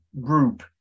group